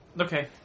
okay